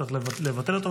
צריך לבטל אותו.